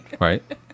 Right